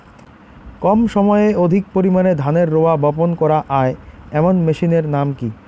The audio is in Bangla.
কম সময়ে অধিক পরিমাণে ধানের রোয়া বপন করা য়ায় এমন মেশিনের নাম কি?